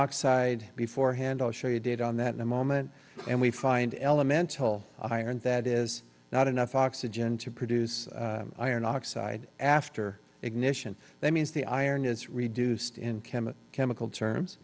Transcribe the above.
oxide before hand all show you did on that in a moment and we find elemental iron that is not enough oxygen to produce iron oxide after ignition that means the iron is reduced in kemah chemical terms